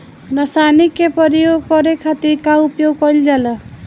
रसायनिक के प्रयोग करे खातिर का उपयोग कईल जाला?